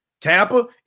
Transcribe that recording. Tampa